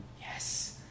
Yes